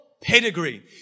pedigree